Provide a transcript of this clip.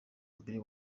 mbere